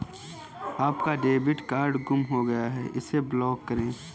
आपका debit card गुम हो गया है इसे ब्लॉक करें